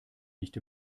nicht